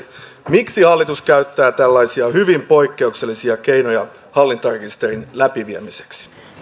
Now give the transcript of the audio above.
miksi hallitus käyttää tällaisia hyvin poikkeuksellisia keinoja hallintarekisterin läpiviemiseksi